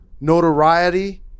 notoriety